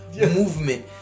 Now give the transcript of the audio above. movement